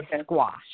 squash